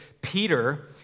Peter